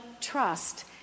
trust